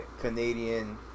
Canadian